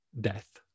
death